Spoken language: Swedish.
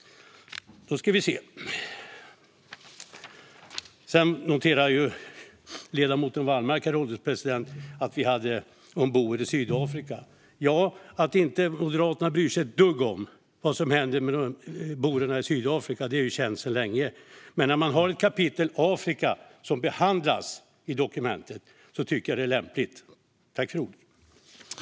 Herr ålderspresident! Ledamoten Wallmark noterade att vi har med detta om boer i Sydafrika. Att Moderaterna inte bryr sig ett dugg om vad som händer med boerna i Sydafrika är känt sedan länge, men när det finns ett kapitel i dokumentet som behandlar Afrika tycker jag att det är lämpligt att ta upp detta.